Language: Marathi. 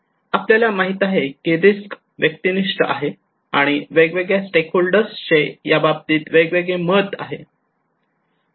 आपल्याला माहित आहे की रिस्क व्यक्तिनिष्ठ आहे आणि वेगवेगळ्या स्टेकहोल्डर चे याबाबतीत वेगवेगळे मत आहे